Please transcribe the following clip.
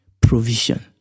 provision